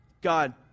God